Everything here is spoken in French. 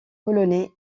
polonais